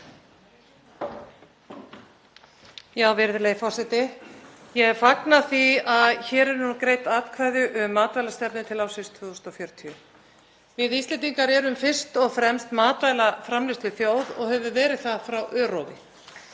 Virðulegi forseti. Ég fagna því að hér eru greidd atkvæði um matvælastefnu til ársins 2040. Við Íslendingar erum fyrst og fremst matvælaframleiðsluþjóð og höfum verið það frá örófi